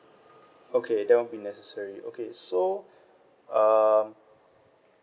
okay that won't be necessary okay so um